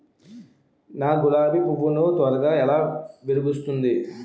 నా గులాబి పువ్వు ను త్వరగా ఎలా విరభుస్తుంది?